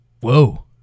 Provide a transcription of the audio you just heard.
Whoa